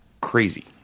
crazy